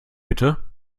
bitte